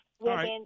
women